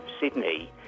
Sydney